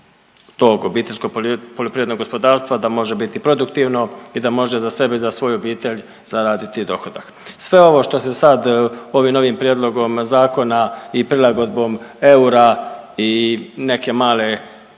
tog obiteljskog poljoprivrednog gospodarstva da može biti produktivno i da može za sebe i za svoju obitelj zaraditi dohodak. Sve ovo što se sad ovim novim prijedlogom zakona i prilagodbom eura i neke male